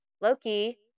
Loki